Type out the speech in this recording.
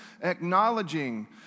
acknowledging